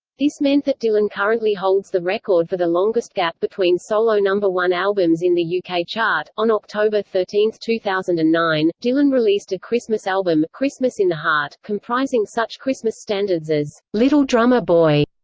this meant that dylan currently holds the record for the longest gap between solo number one albums in the yeah uk chart on october thirteen, two thousand and nine, dylan released a christmas album, christmas in the heart, comprising such christmas standards as little drummer boy,